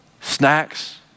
Snacks